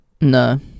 No